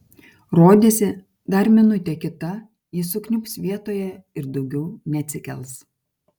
rodėsi dar minutė kita ji sukniubs vietoje ir daugiau neatsikels